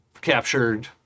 captured